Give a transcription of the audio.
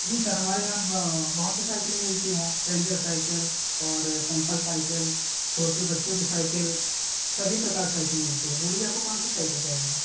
जी sir हमारे यहाँ बहुत से साइकिलें मिलती हैं रेंजर साइकिल और सिंपल साइकिल छोटे बच्चों की साइकिल सभी प्रकार साइकिल मिलती है बोलिए आपको कौन सी साइकिल चाहिए